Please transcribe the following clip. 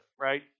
right